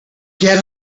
get